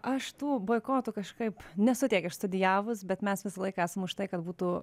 aš tų boikotų kažkaip nesu tiek išstudijavus bet mes visą laiką esam už tai kad būtų